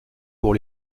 pour